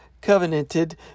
covenanted